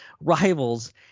rivals